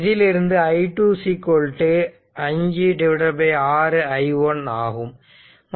இதிலிருந்து i2 5 6 i1 ஆகும்